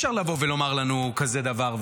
אי-אפשר לבוא ולומר לנו כזה דבר,